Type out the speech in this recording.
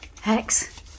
Hex